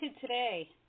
today